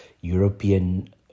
European